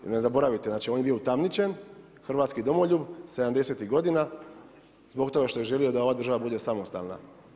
Ne zaboravite, znači, on je bio utamničen, hrvatski domoljub '70.-ih godina zbog toga što je želio da ova država bude samostalna.